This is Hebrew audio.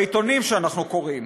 בעיתונים שאנחנו קוראים,